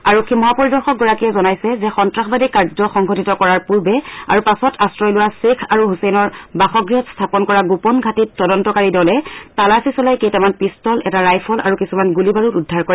আৰক্ষী মহাপৰিদৰ্শকগাৰকীয়ে জনাইছে যে সন্তাসবাদী কাৰ্য সংঘটিত কৰাৰ পূৰ্বে আৰু পাছত আশ্ৰয় লোৱা শ্বেখ আৰু হুছেইনৰ বাসগৃহত স্থাপন কৰা গোপন ঘাটিত তদস্তকাৰী দলে তালাচি চলাই কেইটামান পিষ্টল এটা ৰাইফল আৰু কিছুমান গুলী বাৰুদ উদ্ধাৰ কৰে